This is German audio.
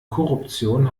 korruption